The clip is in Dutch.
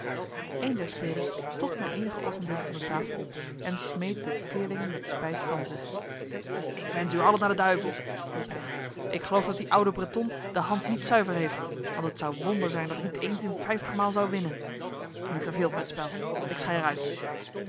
een der spelers stond na enige ogenblikken van de tafel op en smeet de teerlingen met spijt van zich ik wens u allen naar de duivel riep hij ik geloof dat die oude breton de hand niet zuiver heeft want het zou wonder zijn dat ik niet eens in vijftig maal zou winnen nu verveelt mij het spel ik schei er uit